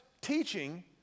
teaching